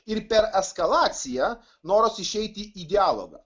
ir per eskalaciją noras išeiti į dialogą